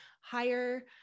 higher